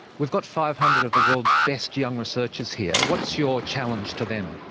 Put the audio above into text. we've got five hundred of the world's best young researchers here. what's your challenge to them?